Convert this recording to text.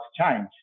change